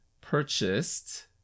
purchased